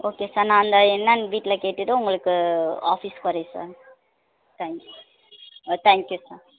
okay sir நான் இந்த என்னென்னு வீட்டில் கேட்டுவிட்டு உங்களுக்கு ஆஃபீஸ்சுக்கு வரேன் sir thank thank you sir